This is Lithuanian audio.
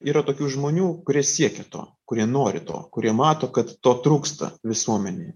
yra tokių žmonių kurie sieka to kurie nori to kurie mato kad to trūksta visuomenėj